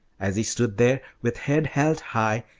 as he stood there, with head held high,